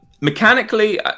mechanically